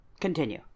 Continue